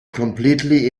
completely